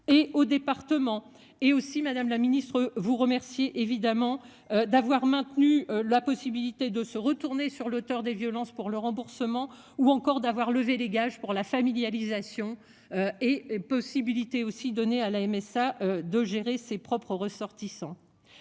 et au département et aussi, madame la ministre vous remerciez évidemment d'avoir maintenu la possibilité de se retourner sur l'auteur des violences pour le remboursement ou encore d'avoir levé des gages pour la familialisation et et possibilité aussi donner à la MSA de gérer ses propres ressortissants.